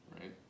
right